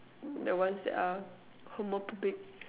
the ones that are homophobic